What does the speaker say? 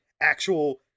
actual